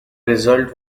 result